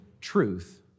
truth